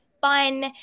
fun